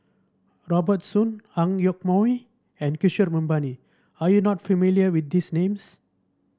Robert Soon Ang Yoke Mooi and Kishore Mahbubani are you not familiar with these names